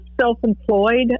self-employed